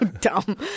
dumb